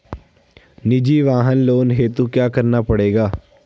निजी वाहन लोन हेतु क्या करना पड़ेगा?